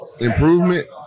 improvement